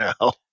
now